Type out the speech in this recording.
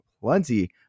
plenty